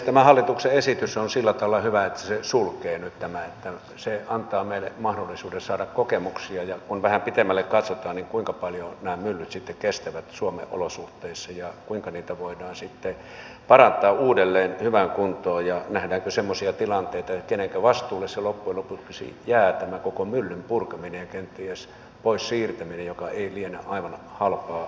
tämä hallituksen esitys on sillä tavalla hyvä että se sulkee nyt tämän ja se antaa meille mahdollisuuden saada kokemuksia kun vähän pitemmälle katsotaan siitä kuinka paljon nämä myllyt sitten kestävät suomen olosuhteissa ja kuinka niitä voidaan sitten parantaa uudelleen hyvään kuntoon ja nähdäänkö semmoisia tilanteita että kenenkä vastuulle loppujen lopuksi jää tämän koko myllyn purkaminen ja kenties pois siirtäminen joka ei liene aivan halpaa sekään